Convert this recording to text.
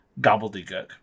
gobbledygook